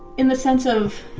in the sense of,